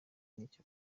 n’icyo